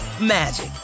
magic